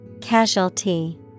Casualty